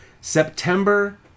September